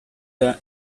the